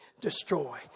destroy